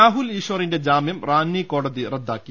രാഹുൽ ഈശ്ചറിന്റെ ജാമ്യം റാന്നി കോടതി റദ്ദാക്കി